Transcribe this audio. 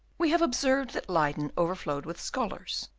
we have observed that leyden overflowed with scholars.